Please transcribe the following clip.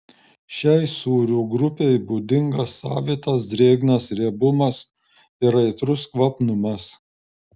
šiai sūrių grupei būdingas savitas drėgnas riebumas ir aitrus kvapnumas